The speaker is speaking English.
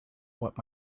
what